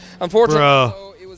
Unfortunately